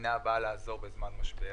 המדינה באה לעזור בזמן משבר,